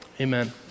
Amen